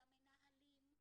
למנהלים,